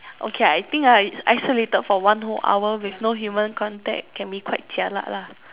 okay I think ah I isolated for one whole hour with no human contact can be quite jialat lah